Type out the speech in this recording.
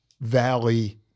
valley